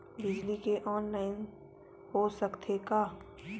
बिजली के ऑनलाइन हो सकथे का?